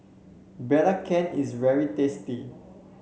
belacan is very tasty